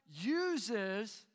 uses